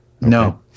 No